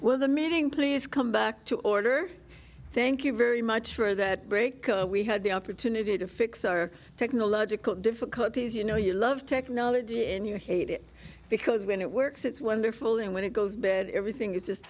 with the meeting please come back to order thank you very much for that break we had the opportunity to fix our technological difficulties you know you love technology and you hate it because when it works it's wonderful and when it goes bad everything is just